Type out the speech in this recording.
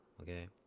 okay